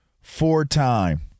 Four-time